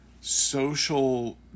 social